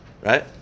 right